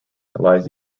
lies